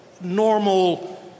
normal